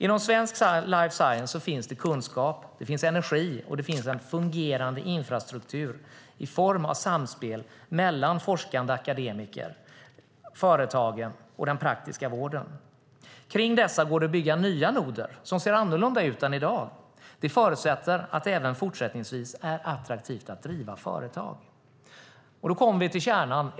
Inom svensk life science finns det kunskap, energi och en fungerande infrastruktur i form av samspel mellan forskande akademiker, företagen och den praktiska vården. Kring dessa går det att bygga nya noder som ser annorlunda ut än i dag. Det förutsätter att det även fortsättningsvis är attraktivt att driva företag. Då kommer vi till kärnan.